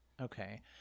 Okay